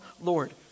Lord